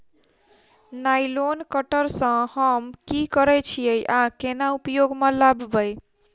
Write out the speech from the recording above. Nylon cutter सँ हम की करै छीयै आ केना उपयोग म लाबबै?